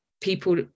people